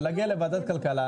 זה להגיע לוועדת כלכלה,